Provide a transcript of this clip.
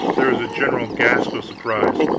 there was a general gasp of surprise.